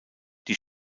die